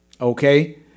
Okay